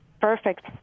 Perfect